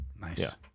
Nice